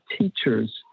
teachers